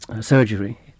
surgery